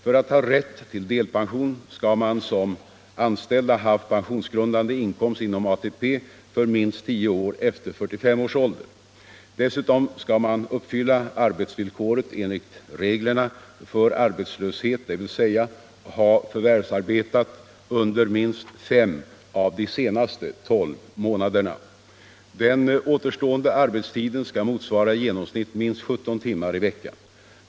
För att ha rätt till delpension skall man som anställd ha haft pensionsgrundande inkomst inom ATP för minst tio år efter 45 års ålder. Dessutom skall man uppfylla arbetsvillkoret enligt reglerna för arbetslöshetsstödet, dvs. ha förvärvsarbetat under minst fem av de senaste tolv månaderna. Den återstående arbetstiden skall motsvara i genomsnitt minst 17 timmar i veckan.